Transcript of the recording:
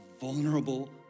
vulnerable